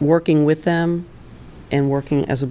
working with them and working as a